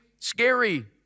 Scary